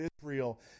Israel